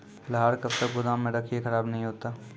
लहार कब तक गुदाम मे रखिए खराब नहीं होता?